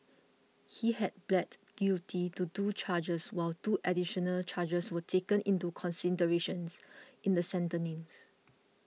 he had pleaded guilty to two charges while two additional charges were taken into considerations in the sentencing